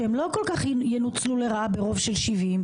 שהן לא כל כך ינוצלו לרעה ברוב של 70,